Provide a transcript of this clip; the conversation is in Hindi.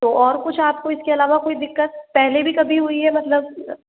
तो और कुछ आप को इस के अलावा कोई दिक्कत पहले भी कभी हुई है मतलब